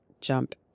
jump